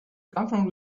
confronted